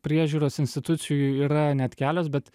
priežiūros institucijų yra net kelios bet